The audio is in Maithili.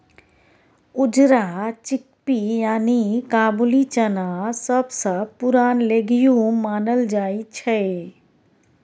उजरा चिकपी यानी काबुली चना सबसँ पुरान लेग्युम मानल जाइ छै